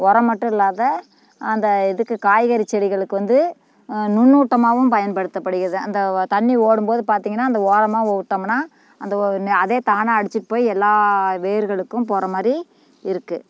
உரம் மட்டும் இல்லாத அந்த இதுக்கு காய்கறி செடிகளுக்கு வந்து நுண்ணூட்டமாகவும் பயன்படுத்தப்படுகிறது அந்த தண்ணி ஓடும்போது பார்த்தீங்கன்னா அந்த ஓரமாக விட்டமுன்னா அந்த அதே தானாக அடிச்சிட்டு போய் எல்லா வேர்களுக்கும் போகறமாரி இருக்கு